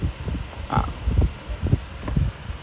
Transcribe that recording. friends I mean you can tell malaysian friends lah